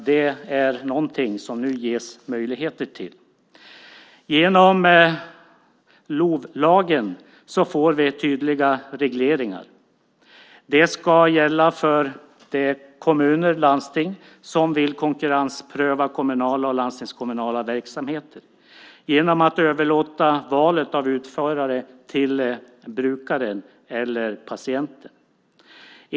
Det är någonting som det nu ges möjligheter till. Genom LOV får vi tydliga regleringar. Det ska gälla för de kommuner och landsting som vill konkurrenspröva kommunala och landstingskommunala verksamheter genom att överlåta valet av utförare till brukaren eller patienten.